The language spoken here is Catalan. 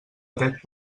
dret